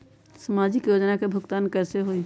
समाजिक योजना के भुगतान कैसे होई?